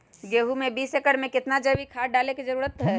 गेंहू में बीस एकर में कितना जैविक खाद डाले के जरूरत है?